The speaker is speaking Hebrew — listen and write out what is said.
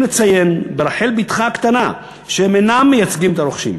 לציין ברחל בתך הקטנה שהם אינם מייצגים את הרוכשים.